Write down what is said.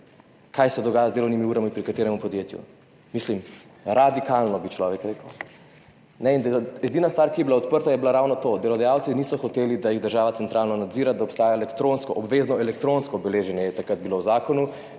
kaj se dogaja z delovnimi urami pri katerem podjetju. Radikalno, bi človek rekel. In edina stvar, ki je bila odprta, je bila ravno to, da delodajalci niso hoteli, da jih država centralno nadzira, da obstaja obvezno elektronsko beleženje, kar je bilo takrat